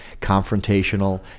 confrontational